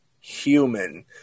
human